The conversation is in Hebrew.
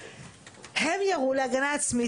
הם ירו להגנה עצמית,